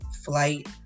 flight